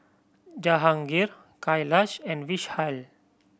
Jahangir Kailash and Vishal